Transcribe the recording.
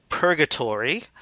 Purgatory